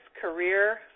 career